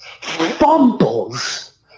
fumbles